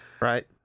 Right